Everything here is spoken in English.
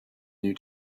new